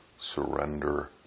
Surrender